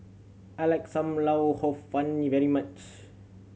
I like Sam Lau Hor Fun very much